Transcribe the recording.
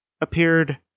appeared